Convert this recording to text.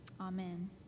Amen